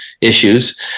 issues